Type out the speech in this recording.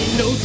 no